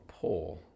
pull